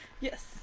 Yes